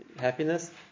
happiness